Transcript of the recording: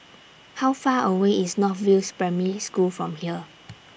How Far away IS North View Primary School from here